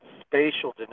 spatial